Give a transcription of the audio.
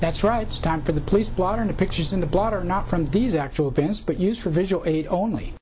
that's right it's time for the police blotter to pictures in the blotter not from these actual events but use a visual aid only